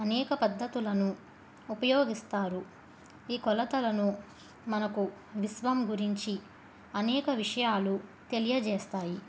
అనేక పద్ధతులను ఉపయోగిస్తారు ఈ కొలతలను మనకు విశ్వం గురించి అనేక విషయాలు తెలియజేస్తాయి